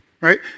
Right